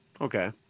Okay